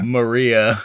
Maria